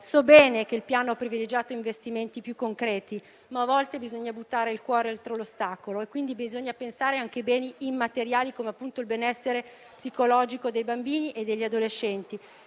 So bene che il Piano ha privilegiato investimenti più concreti, ma a volte bisogna buttare il cuore oltre l'ostacolo e pensare anche ai beni immateriali come appunto il benessere psicologico dei bambini e degli adolescenti.